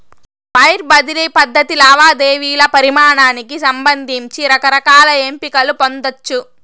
wire బదిలీ పద్ధతి లావాదేవీల పరిమానానికి సంబంధించి రకరకాల ఎంపికలు పొందచ్చు